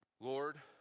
Lord